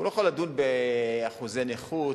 הוא לא יכול לדון באחוזי נכות,